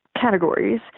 categories